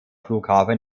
flughafen